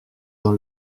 dans